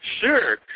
Sure